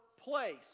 place